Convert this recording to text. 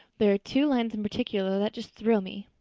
there are two lines in particular that just thrill me.